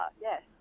yes